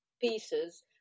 pieces